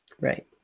Right